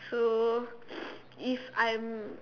so if I'm